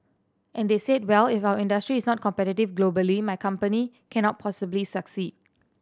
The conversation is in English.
and they said well if our industry is not competitive globally my company cannot possibly succeed